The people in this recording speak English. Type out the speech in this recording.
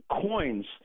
coins